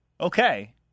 okay